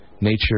Nature